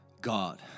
God